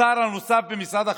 השר הנוסף במשרד החינוך,